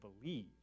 believe